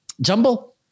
Jumble